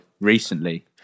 recently